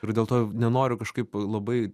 ir dėl to nenoriu kažkaip labai